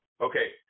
okay